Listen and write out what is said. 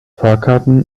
fahrkarten